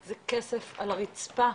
זה כסף על הרצפה,